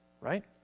right